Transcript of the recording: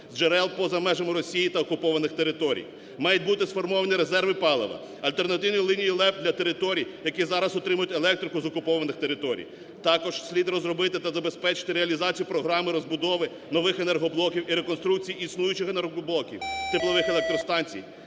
з джерел поза межами Росії та окупованих територій. Мають бути сформовані резерви палива, альтернативні лінії ЛЕП для територій, які зараз отримують електрику з окупованих територій. Також слід розробити та забезпечити реалізацію програми розбудови нових енергоблоків і реконструкції існуючих енергоблоків теплових електростанцій,